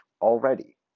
already